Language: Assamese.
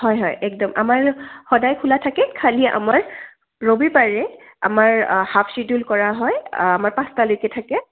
হয় হয় একদম আমাৰ সদায় খোলা থাকে খালী আমাৰ ৰবিবাৰে আমাৰ হাফ চিডিউল কৰা হয় আমাৰ পাঁচটালৈকে থাকে